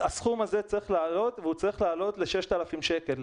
הסכום הזה צריך לעלות והוא צריך לעלות ל-6,000 שקלים.